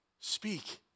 speak